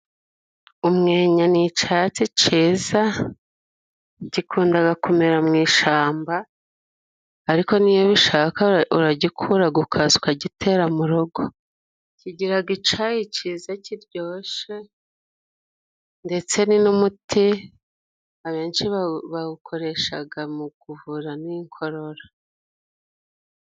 Umwenya ni icyatsi cyiza gikunda kumera mu ishyamba, ariko niyo ubishaka uragikura ukaza ukagitera mu rugo. Kigira icyayi kiza kiryoshye ndetse ni n'umuti abenshi bawukoresha mu kuvura n'inkorora.